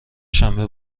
شنبه